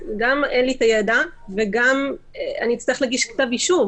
אז גם אין לי הידע וגם אצטרך להגיש כתב אישום.